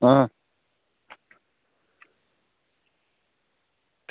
आं